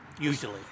usually